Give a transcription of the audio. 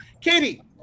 Katie